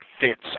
fits